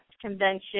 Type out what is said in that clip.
convention